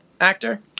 actor